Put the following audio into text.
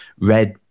red